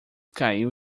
caiu